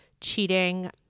cheating